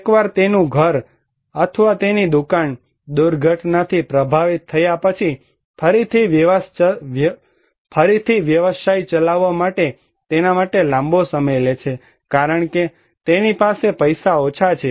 એકવાર તેનું ઘર અથવા તેની દુકાન દુર્ઘટનાથી પ્રભાવિત થયા પછી ફરીથી વ્યવસાય ચલાવવા માટે તેના માટે લાંબો સમય લે છે કારણ કે તેની પાસે પૈસા ઓછા છે